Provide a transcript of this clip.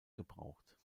gebraucht